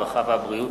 הרווחה והבריאות.